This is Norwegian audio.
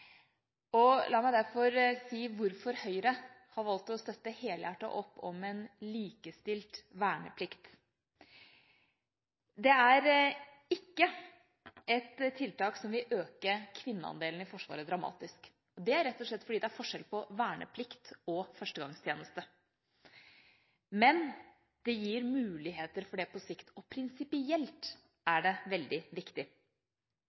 forsvare». La meg derfor si hvorfor Høyre har valgt å støtte helhjertet opp om en likestilt verneplikt. Det er ikke et tiltak som vil øke kvinneandelen i Forsvaret dramatisk, rett og slett fordi det er forskjell på verneplikt og førstegangstjeneste, men det gir muligheter for det på sikt. Og prinsipielt er det veldig viktig.